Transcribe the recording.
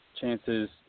chances